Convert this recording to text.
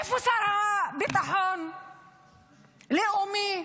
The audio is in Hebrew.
איפה השר לביטחון לאומי,